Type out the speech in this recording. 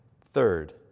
Third